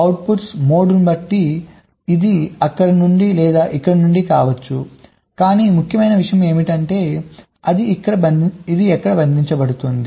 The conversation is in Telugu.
అవుట్పుట్ మోడ్ను బట్టి ఇది అక్కడ నుండి లేదా ఇక్కడ నుండి కావచ్చు కాని ముఖ్యమైన విషయం ఏమిటంటే అది ఇక్కడ బంధించబడుతోంది